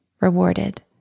rewarded